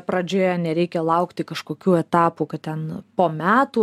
pradžioje nereikia laukti kažkokių etapų kad ten po metų